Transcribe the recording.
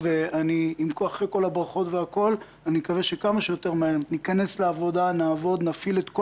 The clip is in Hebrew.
אני מקווה שכמה שיותר מהר ניכנס לעבודה ונביא את כל